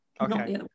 okay